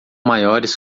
maiores